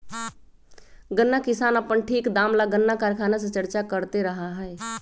गन्ना किसान अपन ठीक दाम ला गन्ना कारखाना से चर्चा करते रहा हई